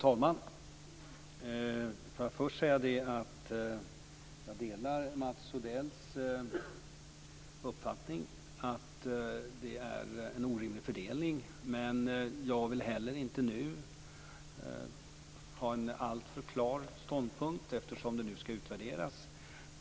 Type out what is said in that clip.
Herr talman! Först vill jag säga att jag delar Mats Odells uppfattning, att det är en orimlig fördelning. Men jag vill inte nu inta en alltför klar ståndpunkt, eftersom detta skall utvärderas.